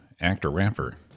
actor-rapper